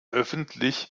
öffentlich